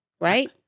right